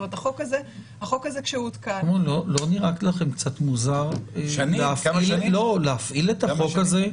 החוק הזה כשהותקן --- לא נראה לכם קצת מוזר להפעיל את החוק הזה,